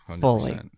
fully